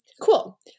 Cool